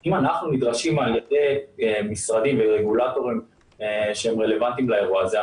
אם אנחנו נדרשים על ידי משרדים ורגולטורים שהם רלוונטיים לאירוע הזה,